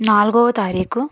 నాలుగొవ తారీకు